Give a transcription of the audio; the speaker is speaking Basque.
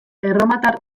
erromatar